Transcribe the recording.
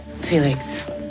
Felix